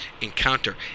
encounter